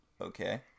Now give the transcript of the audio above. Okay